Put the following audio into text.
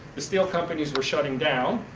the steel companies were shutting down,